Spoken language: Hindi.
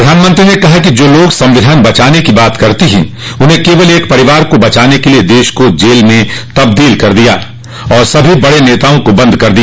प्रधानमंत्री ने कहा कि जो लोग संविधान बचाने की बात करते हैं उन्होंने केवल एक परिवार को बचाने के लिए देश को जेल में तब्दील कर दिया और सभी बड़े नेताओं को बंद कर दिया